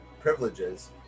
privileges